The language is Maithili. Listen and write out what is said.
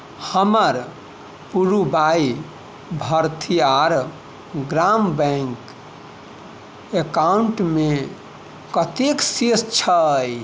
हमर पुड़ुवाइ भरथीयार ग्राम बैंक अकाउंटमे कतेक शेष छै